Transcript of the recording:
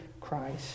Christ